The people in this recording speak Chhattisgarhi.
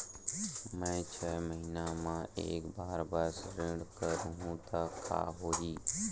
मैं छै महीना म एक बार बस ऋण करहु त का होही?